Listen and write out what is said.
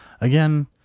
Again